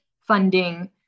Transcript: funding